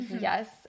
yes